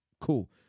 Cool